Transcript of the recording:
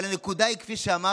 אבל הנקודה היא, כפי שאמרתי,